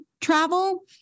travel